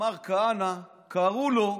ומר כהנא קראו לו,